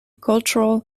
cultural